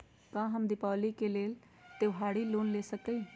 का हम दीपावली के लेल त्योहारी लोन ले सकई?